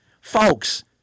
Folks